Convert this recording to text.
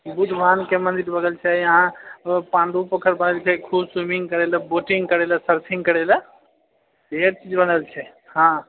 बुद्ध भगवानके मन्दिर बनल छै इहाँ ओ पाण्डू पोखर बनल छै खूब स्विमिङ्ग करै लऽ बोटिङ्ग करै लऽ सर्फिङ्ग करै लऽ ढेर चीज बनल छै